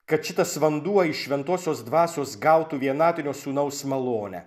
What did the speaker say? kad šitas vanduo iš šventosios dvasios gautų vienatinio sūnaus malonę